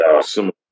similar